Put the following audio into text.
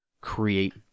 create